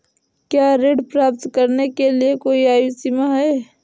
क्या ऋण प्राप्त करने के लिए कोई आयु सीमा है?